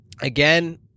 Again